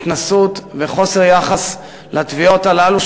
התנשאות וחוסר יחס לתביעות הללו,